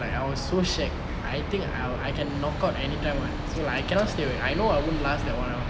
like I was so shag I think I can knockout anytime [one] so I cannot stay awake I know I won't last that one hour